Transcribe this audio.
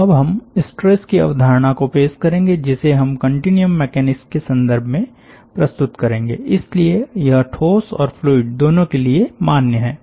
तो अब हम स्ट्रेस की अवधारणा को पेश करेंगे जिसे हम कन्टीन्युअम मैकेनिक्स के संदर्भ में प्रस्तुत करेंगे इसलिए यह ठोस और फ्लूइड दोनों के लिए मान्य है